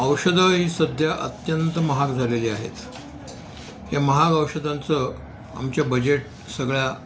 औषधं ही सध्या अत्यंत महाग झालेली आहेत या महाग औषधांचं आमच्या बजेट सगळ्या